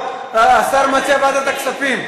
השר מציע ועדת הכספים.